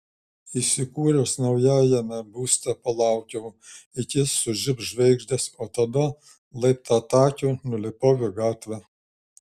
įsikūręs naujajame būste palaukiau iki sužibs žvaigždės o tada laiptatakiu nulipau į gatvę